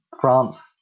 France